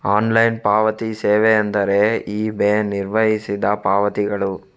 online ಪಾವತಿ ಸೇವೆಯೆಂದರೆ eBay ನಿರ್ವಹಿಸಿದ ಪಾವತಿಗಳು